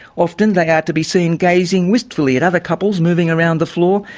often they are to be seen gazing wistfully at other couples moving around the floor,